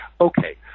okay